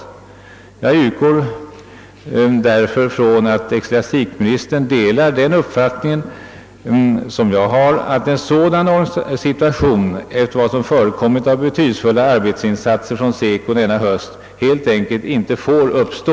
Därför utgår jag från att ecklesiastikministern delar min uppfattning att en sådan situation efter vad som förekommit av betydelsefulla arbetsinsatser från SECO:s sida denna höst helt enkelt inte får uppstå.